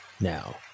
Now